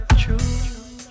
true